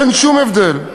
אין שום הבדל.